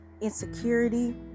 insecurity